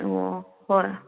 ꯑꯣ ꯍꯣꯏ